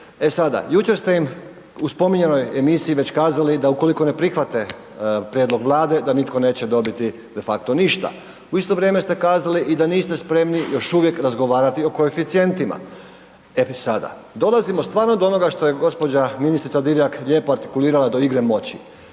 E sada, jučer ste im u spominjanoj emisiji već kazali da ukoliko ne prihvate prijedlog Vlade da nitko neće dobiti de facto ništa. U isto vrijeme ste kazali i da niste spremni još uvijek razgovarati o koeficijentima, e pa sada dolazimo stvarno do onoga što je gospođa ministrica Divjak lijepo artikulirala do igre moći.